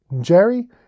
Jerry